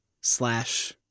slash